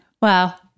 Wow